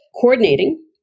Coordinating